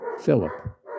Philip